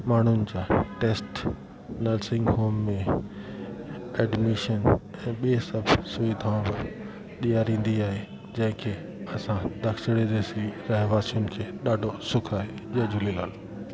माण्हुनि जा test nursing home में एडमिशन ऐं ॿिए सभु सुविधाऊं बि ॾियारींदी आहे जंहिंखे असां दक्षिण जेसी रहवासियुनि खे ॾाढो सुख आहे जय झूलेलाल